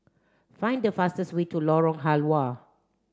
find the fastest way to Lorong Halwa